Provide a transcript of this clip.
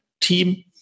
team